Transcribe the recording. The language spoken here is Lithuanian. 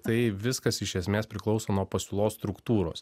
tai viskas iš esmės priklauso nuo pasiūlos struktūros